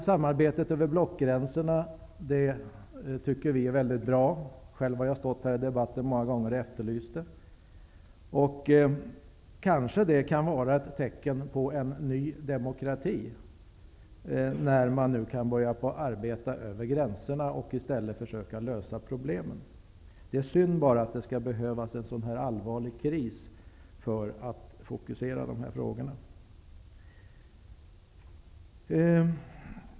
Samarbetet över blockgränserna tycker vi är väldigt bra, och det är något som jag själv ständigt har efterlyst i debatterna. Kanske det kan vara ett tecken på en ny demokrati att man nu kan börja arbeta över gränserna och försöka lösa problemen. Det är synd att det först skulle behövas en allvarlig kris.